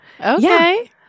Okay